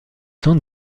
temps